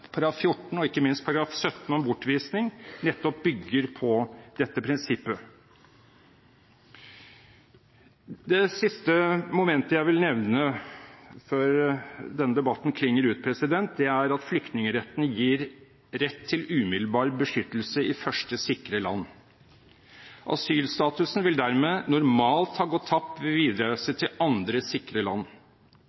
14 og ikke minst § 17 om bortvisning nettopp bygger på dette prinsippet. Det siste momentet jeg vil nevne før denne debatten klinger ut, er at flyktningretten gir rett til umiddelbar beskyttelse i første sikre land. Asylstatusen vil dermed normalt ha gått tapt ved videre reise til andre sikre land.